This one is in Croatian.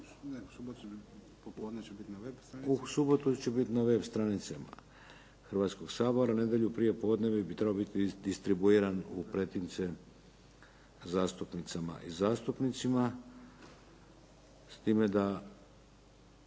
U subotu će biti na web stranicama Hrvatskoga sabora a nedjelju prije podne bi trebao biti distribuiran u pretince zastupnicama i zastupnicima, s time da